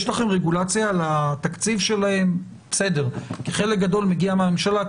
יש לכם רגולציה על התקציב שלהם כי חלק גדול מגיע מהממשלה.